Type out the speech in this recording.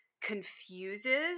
confuses